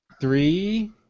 Three